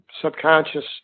subconscious